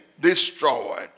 destroyed